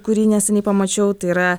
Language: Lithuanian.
kurį neseniai pamačiau tai yra